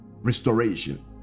restoration